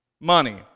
money